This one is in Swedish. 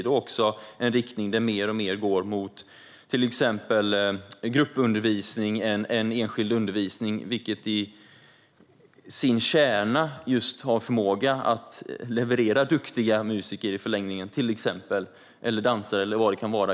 Detta är också en riktning där alltmer går mot gruppundervisning i stället för enskild undervisning, vilket i sin kärna har förmågan att i förlängningen leverera till exempel duktiga musiker eller dansare.